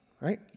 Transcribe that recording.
right